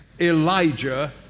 Elijah